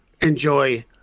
Enjoy